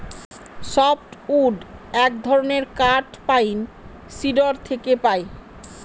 soft wood এক ধরনের কাঠ পাইন, সিডর থেকে পাই